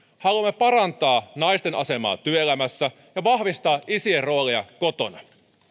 haluamme parantaa naisten asemaa työelämässä ja vahvistaa isien roolia kotona